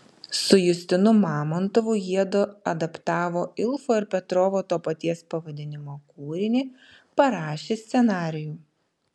su justinu mamontovu jiedu adaptavo ilfo ir petrovo to paties pavadinimo kūrinį parašė scenarijų